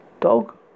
Dog